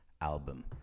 album